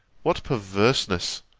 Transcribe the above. what perverseness!